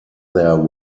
their